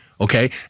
okay